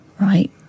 Right